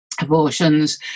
abortions